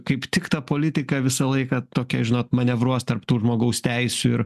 kaip tik ta politika visą laiką tokia žinot manevruos tarp tų žmogaus teisių ir